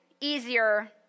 easier